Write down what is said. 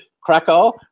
Krakow